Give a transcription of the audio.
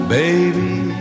baby